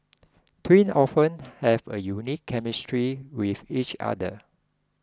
twin often have a unique chemistry with each other